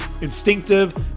instinctive